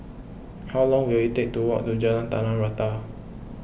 how long will it take to walk to Jalan Tanah Rata